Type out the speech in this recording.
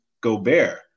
Gobert